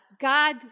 God